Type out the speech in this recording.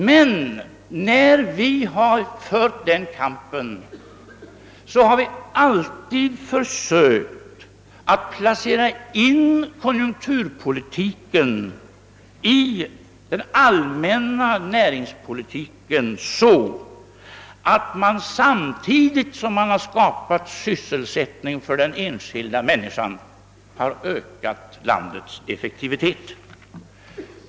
Men vi har fört denna kamp så, att vi alltid försökt att placera in konjunkturpolitiken i den allmänna näringspolitiken och samtidigt som vi skapat sysselsättning för den enskilda människan även sökt öka landets effektivitet.